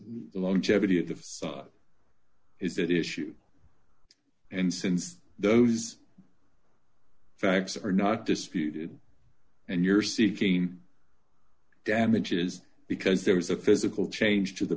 the longevity of is that issue and since those facts are not disputed and you're seeking damages because there is a physical change to the